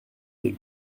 tel